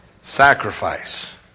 Sacrifice